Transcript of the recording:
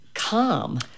calm